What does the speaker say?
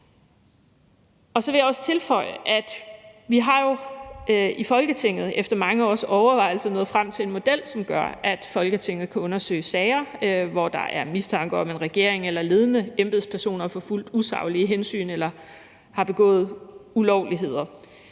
Og så vil jeg også tilføje, at vi jo i Folketinget efter mange års overvejelser er nået frem til en model, som gør, at Folketinget kan undersøge sager, hvor der er mistanke om, at regeringen eller ledende embedspersoner har forfulgt usaglige hensyn eller har begået ulovligheder.